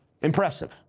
Impressive